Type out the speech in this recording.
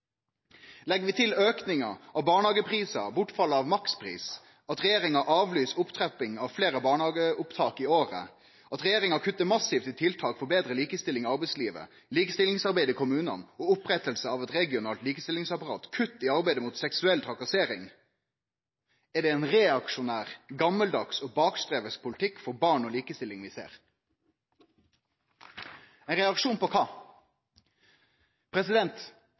Legg vi til aukinga av barnehageprisar, bortfall av makspris, at regjeringa avlyser opptrapping av fleire barnehageopptak i året, at regjeringa kuttar massivt i tiltak for betre likestilling i arbeidslivet, likestillingsarbeid i kommunane og oppretting av eit regionalt likestillingsapparat og kutt i arbeidet mot seksuell trakassering, er det ein reaksjonær, gamaldags og bakstreversk politikk for barn og likestilling vi ser. Kva er det ein reaksjon på?